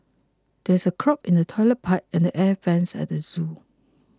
there's a clog in the Toilet Pipe and Air Vents at the zoo